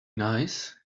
nice